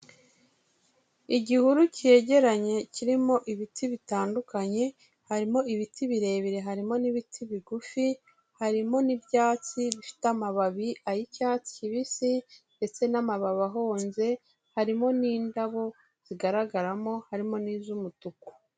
Igihuru cyegeranye kirimo ibiti bitandukanye, harimo ibiti birebire harimo n'ibiti bigufi, harimo n'ibyatsi bifite amababi ay'icyatsi kibisi ndetse n'amababi ahonze, harimo n'indabo zigaragaramo harimo n'iz'umutuku.